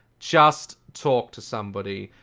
just talk to somebody,